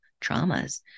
traumas